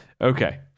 Okay